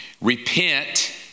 repent